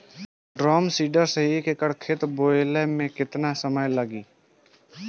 Drum seeder से एक एकड़ खेत बोयले मै कितना समय लागी?